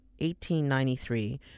1893